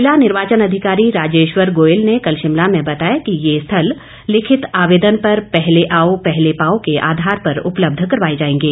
ज़िला निर्वाचन अधिकारी राजेश्वर गोयल ने कल शिमला में बताया कि ये स्थल लिखित आवेदन पर पहले आओ पहले पाओ के आधार पर उपलब्ध करवाए जाएंगे